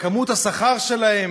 גובה השכר שלהן,